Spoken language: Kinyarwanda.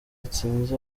atsinze